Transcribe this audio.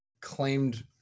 claimed